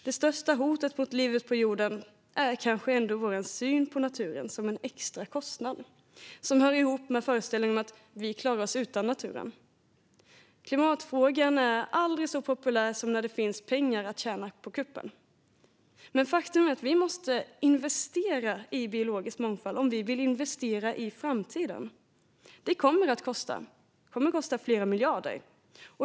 Det största hotet mot livet på jorden är kanske ändå vår syn på naturen som en extra kostnad, en syn som hör ihop med föreställningen att vi klarar oss utan naturen. Klimatfrågan är aldrig så populär som när det finns pengar att tjäna på kuppen. Men faktum är att vi måste investera i biologisk mångfald om vi vill investera i framtiden, och det kommer att kosta. Det kommer att kosta flera miljarder.